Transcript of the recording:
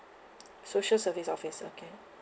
social service office okay